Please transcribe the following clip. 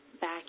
back